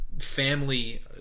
Family